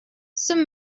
some